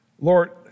Lord